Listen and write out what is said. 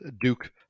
Duke